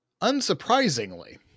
unsurprisingly